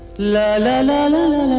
la la la la